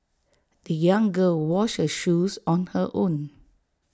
the young girl washed her shoes on her own